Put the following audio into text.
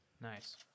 Nice